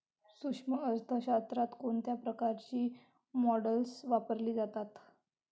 सूक्ष्म अर्थशास्त्रात कोणत्या प्रकारची मॉडेल्स वापरली जातात?